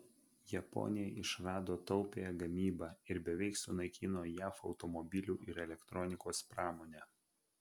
japonija išrado taupiąją gamybą ir beveik sunaikino jav automobilių ir elektronikos pramonę